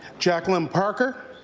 jacqueline parker,